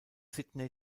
sydney